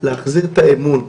להחזיר את האמון.